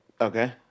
okay